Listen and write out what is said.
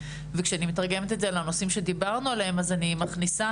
וכשאני מתרגמת את זה לנושאים שדיברנו עליהם אני מכניסה